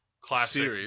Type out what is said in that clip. classic